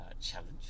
challenge